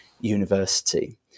University